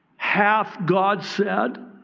hath god said.